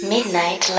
Midnight